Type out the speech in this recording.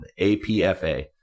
APFA